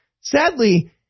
Sadly